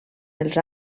els